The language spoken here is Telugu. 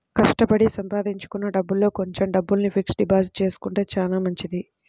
కష్టపడి సంపాదించుకున్న డబ్బుల్లో కొంచెం డబ్బుల్ని ఫిక్స్డ్ డిపాజిట్ చేసుకుంటే చానా మంచిది